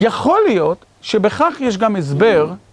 יכול להיות שבכך יש גם הסבר.